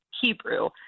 Hebrew